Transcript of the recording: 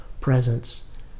presence